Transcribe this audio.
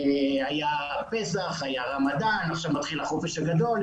היה פסח, היה רמדאן, עכשיו מתחיל החופש הגדול.